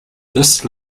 this